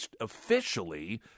officially